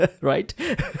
Right